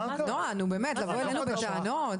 נועה, באמת, לבוא אלינו בטענות?